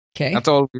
Okay